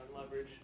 leverage